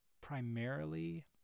primarily